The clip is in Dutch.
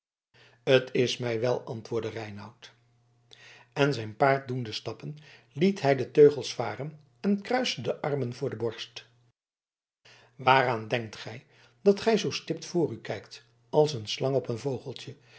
t is mij wel antwoordde reinout en zijn paard doende stappen liet hij de teugels varen en kruiste de armen voor de borst waaraan denkt gij dat gij zoo stipt voor u kijkt als een slang op een vogeltje